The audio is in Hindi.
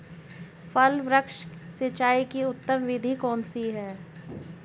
फल वृक्ष की सिंचाई की उत्तम विधि कौन सी है?